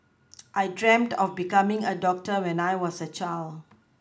I dreamt of becoming a doctor when I was a child